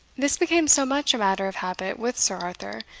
this became so much a matter of habit with sir arthur,